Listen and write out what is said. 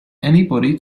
anybody